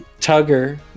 Tugger